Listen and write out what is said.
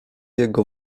jego